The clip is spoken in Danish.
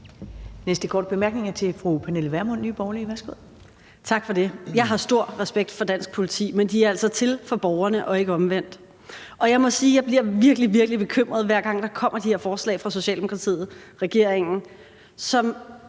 næste korte bemærkning er til fru Pernille Vermund, Nye Borgerlige. Værsgo. Kl. 13:30 Pernille Vermund (NB): Tak for det. Jeg har stor respekt for dansk politi, men de er altså til for borgerne og ikke omvendt, og jeg må sige, at jeg bliver virkelig, virkelig bekymret, hver gang der kommer de her forslag fra Socialdemokratiet og regeringen, som